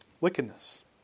wickedness